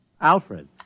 Alfred